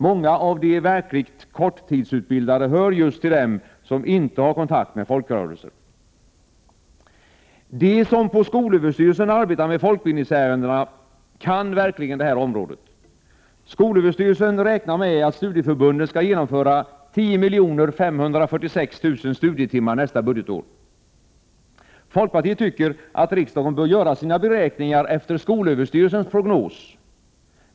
Många av de verkligt korttidsutbildade hör just till den grupp som inte har någon kontakt med folkrörelser. De på skolöverstyrelsen som arbetar med folkbildningsärenden kan verkligen det här området. På skolöverstyrelsen räknar man med att studieförbunden skall genomföra 10 546 000 studietimmar nästa budgetår. Vi i folkpartiet tycker att riksdagen bör göra sina beräkningar efter skolöverstyrelsens prognos.